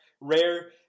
rare